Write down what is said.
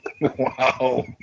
Wow